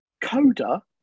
Coda